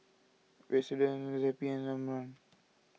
Redoxon Zappy and Omron